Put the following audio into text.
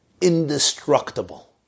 indestructible